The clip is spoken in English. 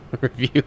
review